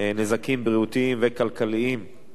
שטחים משותפים בבניין המשמש למגורים או